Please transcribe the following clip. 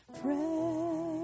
pray